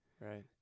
Right